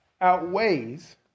outweighs